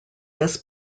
this